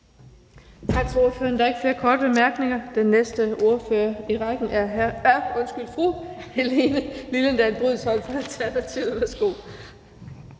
Tak til ordføreren. Der er ikke flere korte bemærkninger. Den næste ordfører i rækken er fru Helene Liliendahl Brydensholt